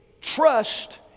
trust